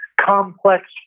complex